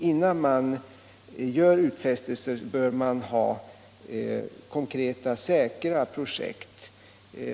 Innan man gör utfästelser bör man ha konkreta och säkra projekt.